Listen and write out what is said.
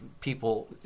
people